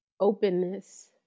openness